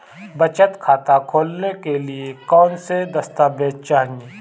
बचत खाता खोलने के लिए कौनसे दस्तावेज़ चाहिए?